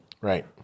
Right